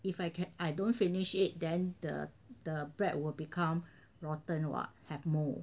if I can I don't finish it then the the bread will become rotten [what] have mould